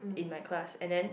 in my class and then